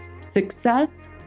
Success